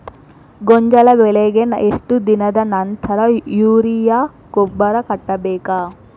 ಗೋಂಜಾಳ ಬೆಳೆಗೆ ಎಷ್ಟ್ ದಿನದ ನಂತರ ಯೂರಿಯಾ ಗೊಬ್ಬರ ಕಟ್ಟಬೇಕ?